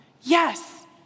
Yes